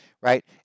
right